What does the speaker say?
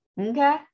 Okay